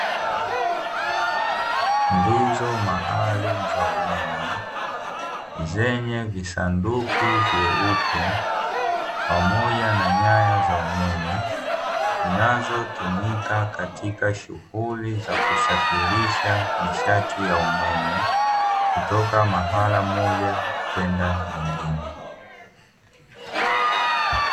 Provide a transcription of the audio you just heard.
Nguzo maalumu za umeme zenye visanduku vyeupe pamoja na nyaya za umeme, zinazotumika katika shughuli za kusafirisha nishati ya umeme kutoka mahala moja kwenda nyingine.